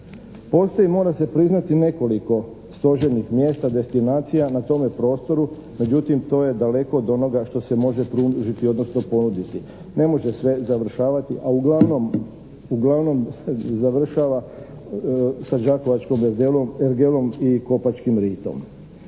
Postoji mora se priznati nekoliko stožernih mjesta, destinacija na tome prostoru, međutim to je daleko od onoga što se može pružiti odnosno ponuditi. Ne može sve završavati, a uglavnom završava sa đakovačkom ergelom i Kopačkim ritom.